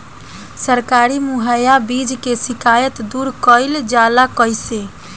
सरकारी मुहैया बीज के शिकायत दूर कईल जाला कईसे?